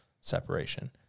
separation